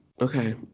Okay